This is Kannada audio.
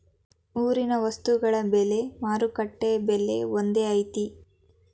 ಊರಿನ ವಸ್ತುಗಳ ಬೆಲೆ ಮಾರುಕಟ್ಟೆ ಬೆಲೆ ಒಂದ್ ಐತಿ?